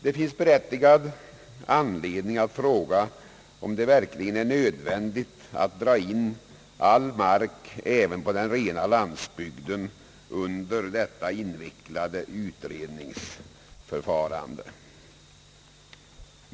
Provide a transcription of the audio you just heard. Det finns berättigad anledning att fråga om det verkligen är nödvändigt att dra in all mark även på den rena landsbygden under detta invecklade utredningsförfarande.